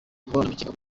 amakenga